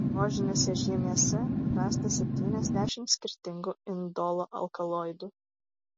rožinėse žiemėse rasta septyniasdešimt skirtingų indolo alkaloidų